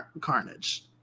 carnage